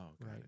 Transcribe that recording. right